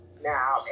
Now